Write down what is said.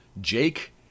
Jake